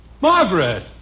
Margaret